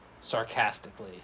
sarcastically